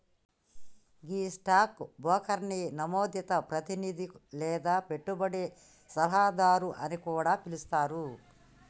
గీ stock బ్రోకర్ని నమోదిత ప్రతినిధి లేదా పెట్టుబడి సలహాదారు అని కూడా పిలుస్తారు